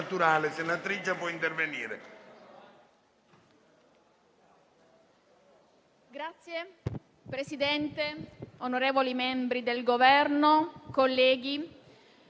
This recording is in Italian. Signor Presidente, onorevoli membri del Governo, colleghi,